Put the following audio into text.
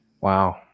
Wow